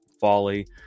folly